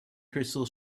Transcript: crystal